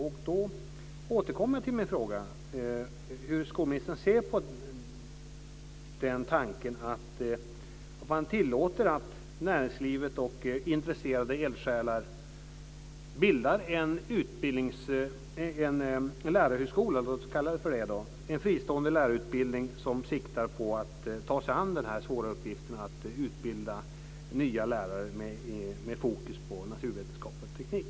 Jag återkommer till min fråga hur skolministern ser på tanken att tillåta att näringslivet och intresserade eldsjälar skapar - låt oss kalla det så - en lärarhögskola, en fristående lärarutbildning med sikte på att ta sig an den svåra uppgiften att utbilda nya lärare med fokus på naturvetenskap och teknik.